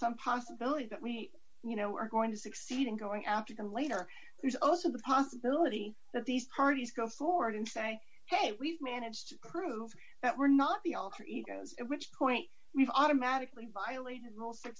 some possibility that we you know are going to succeed in going after them later there's also the possibility that these parties go forward and say hey we've managed prove that we're not the alter egos in which point we've automatically violated